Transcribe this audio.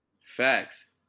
Facts